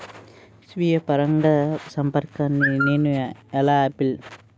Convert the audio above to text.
స్వీయ పరాగసంపర్కాన్ని నేను ఎలా ఆపిల్?